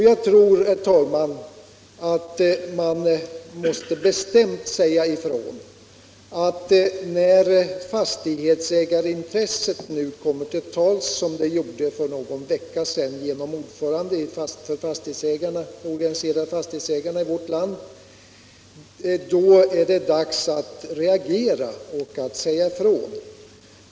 Jag tror, herr talman, att när fastighetsägarintresset kommer till tals som det gjort för någon vecka sedan genom ordföranden för de organiserade fastighetsägarna i vårt land, då är det dags att reagera och att bestämt säga ifrån.